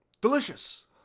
delicious